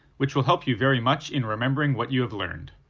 which will help you very much in remembering what you have learned.